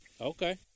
Okay